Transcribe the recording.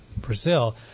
Brazil